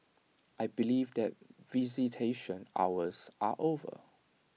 I believe that visitation hours are over